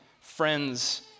friends